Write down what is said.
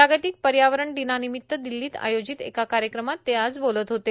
जागतिक पर्यावरण दिनानिमित्त दिल्लीत आयोजित एका कार्यक्रमात ते आज बोलत होते